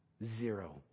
Zero